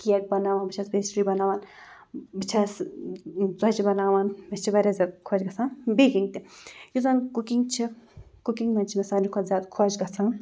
cake بَناوان بہٕ چھَس پیسٹِرٛی بَناوان بہٕ چھَس ژۄچہِ بَناوان مےٚ چھِ واریاہ زیادٕ خۄش گژھان بیکِنٛگ تہِ یُس زَن کُکِنٛگ چھِ کُکِنٛگ منٛز چھِ مےٚ ساروے کھۄتہٕ زیادٕ خۄش گژھان